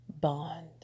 bond